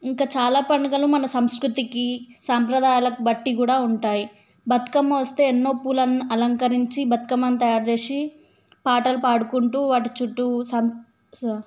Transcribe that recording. ఇంకా చాలా పండుగలు మన సంస్కృతికి సాంప్రదాయాలకు బట్టి కూడా ఉంటాయి బతుకమ్మ వస్తే ఎన్నో పూల అలంకరించి బతుకమ్మను తయారు చేసి పాటలు పాడుకుంటు వాటి చుట్టు